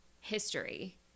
history